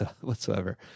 whatsoever